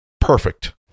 perfect